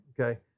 okay